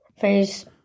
Face